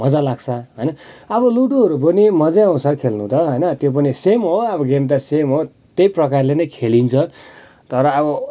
मजा लाग्छ होइन अब लुडोहरू पनि मजै आउँछ खेल्नु त होइन त्यो पनि सेम हो अब गेम त सेम हो त्यही प्रकारले नै खेलिन्छ तर अब